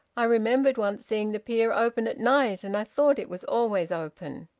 i remembered once seeing the pier open at night, and i thought it was always open.